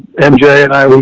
m j and i, we,